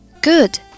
Good